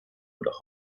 oder